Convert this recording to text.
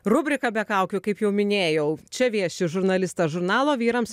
rubrika be kaukių kaip jau minėjau čia vieši žurnalistas žurnalo vyrams